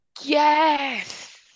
Yes